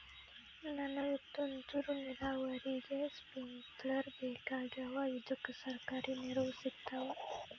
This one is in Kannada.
ನನಗ ತುಂತೂರು ನೀರಾವರಿಗೆ ಸ್ಪಿಂಕ್ಲರ ಬೇಕಾಗ್ಯಾವ ಇದುಕ ಸರ್ಕಾರಿ ನೆರವು ಸಿಗತ್ತಾವ?